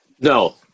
no